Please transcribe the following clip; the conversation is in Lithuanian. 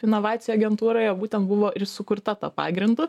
inovacijų agentūroje būtent buvo ir sukurta tuo pagrindu